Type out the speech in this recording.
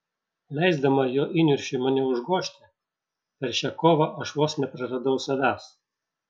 leisdama jo įniršiui mane užgožti per šią kovą aš vos nepraradau savęs